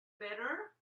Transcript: better